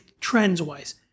trends-wise